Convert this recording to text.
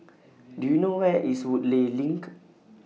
Do YOU know Where IS Woodleigh LINK